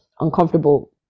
uncomfortable